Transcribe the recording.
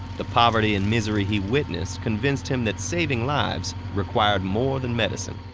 the poverty and misery he witnessed convinced him that saving lives required more than medicine.